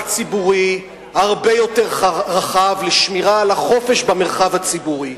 ציבורי הרבה יותר רחב לשמירה על החופש במרחב הציבורי.